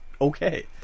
okay